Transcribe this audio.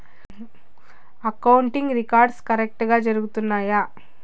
accounting records కరెక్టుగా జరుగుతున్నాయా